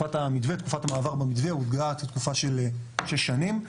תקופת המעבר במתווה הוגדרה כתקופה של שש שנים.